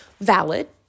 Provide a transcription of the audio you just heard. valid